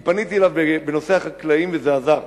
כי פניתי אליו בנושא החקלאים וזה עזר.